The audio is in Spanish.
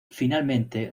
finalmente